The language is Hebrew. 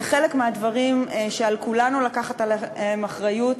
זה חלק מהדברים שעל כולנו לקחת עליהם אחריות.